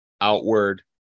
outward